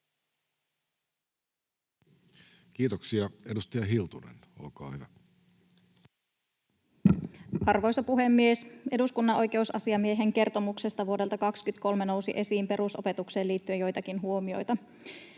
Time: 14:34 Content: Arvoisa puhemies! Eduskunnan oikeusasiamiehen kertomuksesta vuodelta 23 nousi esiin perusopetukseen liittyen joitakin huomioita.